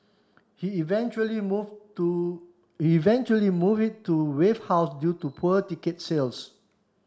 he eventually move to eventually move it to Wave House due to poor ticket sales